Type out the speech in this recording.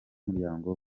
umuryango